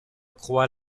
croix